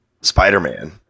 Spider-Man